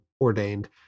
ordained